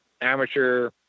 amateur